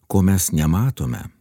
ko mes nematome